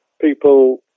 people